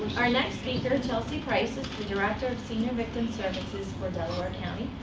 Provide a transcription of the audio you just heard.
our next speaker, chelsey price, is the director of senior victim services for delaware county.